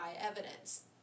evidence